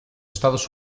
estados